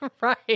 right